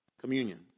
communion